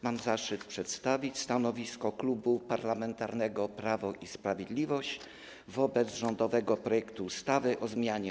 Mam zaszczyt przedstawić stanowisko Klubu Parlamentarnego Prawo i Sprawiedliwość wobec rządowego projektu ustawy o zmianie